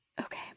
Okay